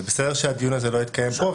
זה בסדר שהדיון הזה לא יתקיים פה,